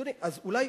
אדוני, אז אולי